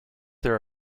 there